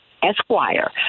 Esquire